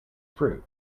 fruit